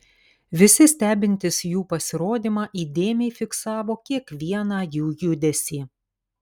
visi stebintys jų pasirodymą įdėmiai fiksavo kiekvieną jų judesį